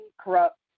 corrupt